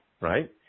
Right